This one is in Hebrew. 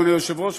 אדוני היושב-ראש,